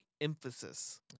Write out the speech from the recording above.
emphasis